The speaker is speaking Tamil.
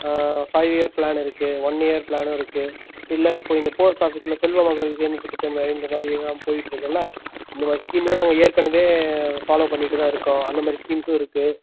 ஆ ஃபைவ் இயர் ப்ளான் இருக்குது ஒன் இயர் ப்ளானும் இருக்குது இல்லை இப்போ இந்த போஸ்ட் ஆஃபீஸ்சில் செல்வ மகள் சேமிப்பு திட்டம் அப்படின்ற மாதிரி எல்லாம் போய்கிட்டு இருக்கில்ல அந்த மாதிரி ஸ்கீமெல்லாம் நாங்கள் ஏற்கனவே ஃபாலோ பண்ணிகிட்டு தான் இருக்கோம் அந்தமாதிரி ஸ்கீம்ஸ்ஸும் இருக்குது